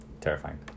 Terrifying